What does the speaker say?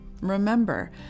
Remember